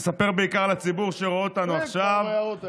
לספר בעיקר לציבור שרואה אותנו עכשיו,